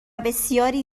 بسیاری